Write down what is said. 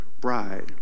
bride